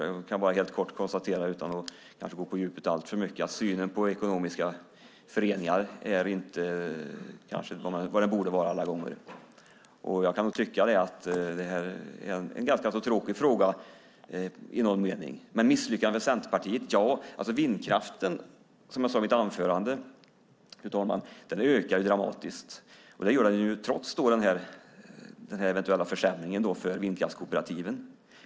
Jag kan bara kort konstatera, utan att gå på djupet, att synen på ekonomiska föreningar inte är vad den borde vara. Jag kan tycka att det är en ganska tråkig fråga i någon mening. Misslyckades Centerpartiet? Vindkraften ökar dramatiskt, som jag sade i mitt anförande, och det gör den trots den eventuella försämringen för vindkraftskooperativen.